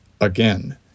Again